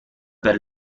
per